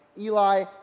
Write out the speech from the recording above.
Eli